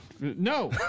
No